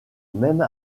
même